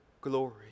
glory